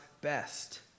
best